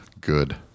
good